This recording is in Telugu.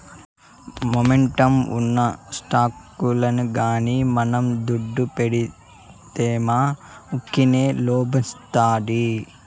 మొమెంటమ్ ఉన్న స్టాకుల్ల గానీ మనం దుడ్డు పెడ్తిమా వూకినే లాబ్మొస్తాది